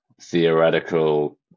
theoretical